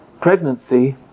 pregnancy